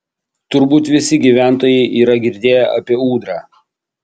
turbūt visi gyventojai yra girdėję apie ūdrą